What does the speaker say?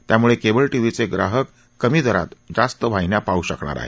त्यामुळे केबल टीव्हीचे ग्राहक कमी दरात जास्त वाहिन्या पाहू शकणार आहेत